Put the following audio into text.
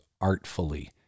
artfully